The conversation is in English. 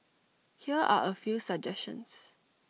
here are A few suggestions